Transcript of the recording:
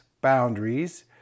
boundaries